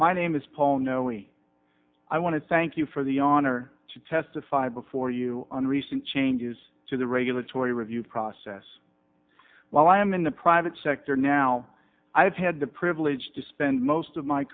my name is paul knowing i want to thank you for the honor to testify before you on recent changes to the regulatory review process while i am in the private sector now i have had the privilege to spend most of my